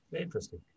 Interesting